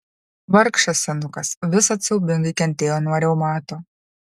vargšas senukas visad siaubingai kentėjo nuo reumato